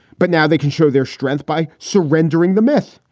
but now they can show their strength by surrendering the myth,